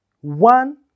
one